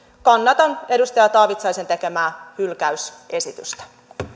kannatan edustaja taavitsaisen tekemään hylkäysesitystä